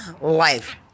life